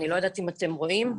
אני לא יודעת אם אתם רואים,